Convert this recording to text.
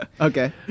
Okay